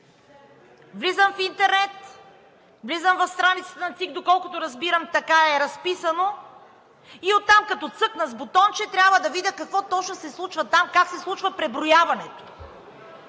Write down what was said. Влизам в интернет, влизам в страницата на ЦИК, доколкото разбирам така е разписано, и оттам като цъкна с бутонче, трябва да видя какво точно се случва там, как се случва преброяването.